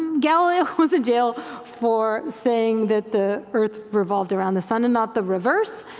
galileo was in jail for saying that the earth revolved around the sun and not the reverse,